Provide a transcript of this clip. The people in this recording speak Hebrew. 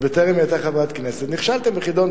שאלתם שאלה,